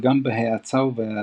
וגם בהאצה ובהאטה.